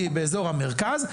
היא באזור המרכז,